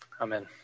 Amen